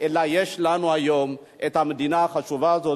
אלא יש לנו היום את המדינה החשובה הזאת,